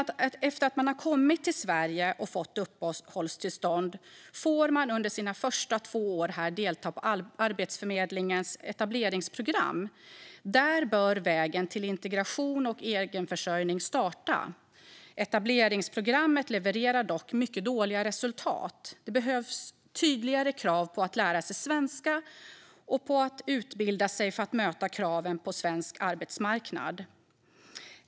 Efter att man har kommit till Sverige och fått uppehållstillstånd får man under sina första två år här delta i Arbetsförmedlingens etableringsprogram. Där bör vägen till integration och egenförsörjning starta. Etableringsprogrammet levererar dock mycket dåliga resultat. Det behövs tydligare krav på att lära sig svenska och att utbilda sig för att möta kraven på svensk arbetsmarknad.